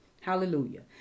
Hallelujah